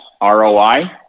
ROI